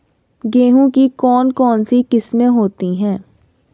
गेहूँ की कौन कौनसी किस्में होती है?